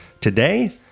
Today